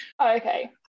Okay